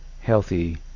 healthy